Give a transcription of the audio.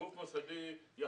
גוף מוסדי יכול